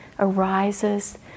arises